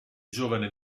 giovane